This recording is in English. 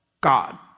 God